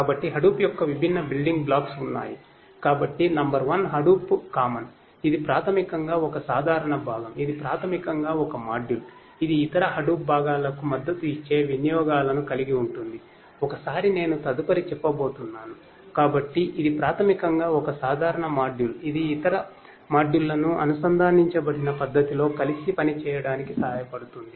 కాబట్టి హడూప్ ఇది ఇతర మాడ్యూళ్ళను అనుసంధానించబడిన పద్ధతిలో కలిసి పనిచేయడానికి సహాయపడుతుంది